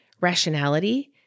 rationality